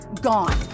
gone